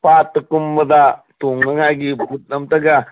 ꯄꯥꯠꯇ ꯀꯨꯝꯕꯗ ꯇꯣꯡꯅꯉꯥꯏꯒꯤ ꯕꯨꯠ ꯑꯝꯇꯒ